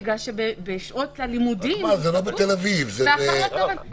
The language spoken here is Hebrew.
כי בשעות הלימודים הוא תפוס ואחר הצוהריים --- רק מה,